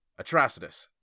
Atrocitus